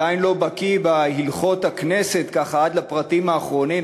בהלכות הכנסת עד לפרטים האחרונים,